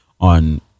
on